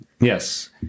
yes